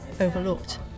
overlooked